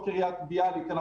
מתוך קריית ביאליק,